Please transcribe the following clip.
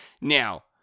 now